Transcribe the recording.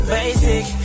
basic